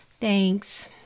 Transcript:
Thanks